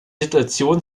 situation